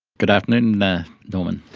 good afternoon norman.